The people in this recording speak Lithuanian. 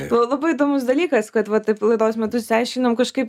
labai įdomus dalykas kad va taip laidos metu išsiaiškinom kažkaip